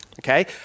okay